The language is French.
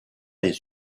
les